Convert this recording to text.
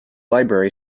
library